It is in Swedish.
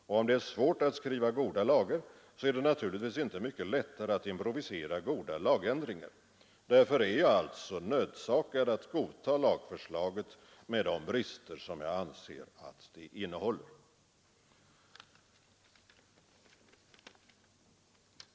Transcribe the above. Och om det är svårt att skriva goda lagar, så är det naturligtvis inte mycket lättare att improvisera goda lagändringar. Därför är jag nödsakad att godta lagförslaget med de brister som jag anser vidlåder detsamma.